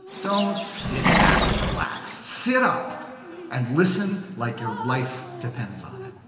don't sit back and relax. sit up and listen like your life depends on it.